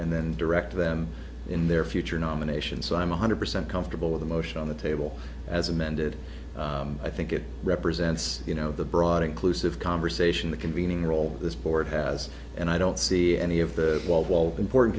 and then direct them in their future nomination so i'm one hundred percent comfortable with the motion on the table as amended i think it represents you know the broad inclusive conversation the convening role this board has and i don't see any of the wild wild important